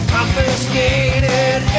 Confiscated